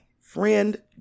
friend